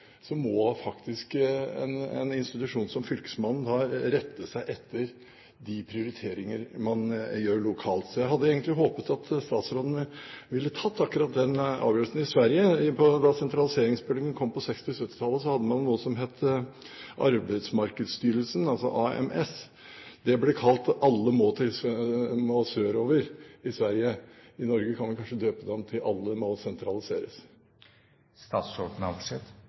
må faktisk en institusjon som fylkesmannen rette seg etter de prioriteringer man gjør lokalt. Jeg hadde egentlig håpet at statsråden ville ha tatt akkurat den avgjørelsen. I Sverige, da sentraliseringsbølgen kom på 1960–1970-tallet, hadde man noe som het Arbetsmarknadsstyrelsen, altså AMS. Den ble kalt «alle må sørover» i Sverige. I Norge kan vi kanskje døpe den om til «alle må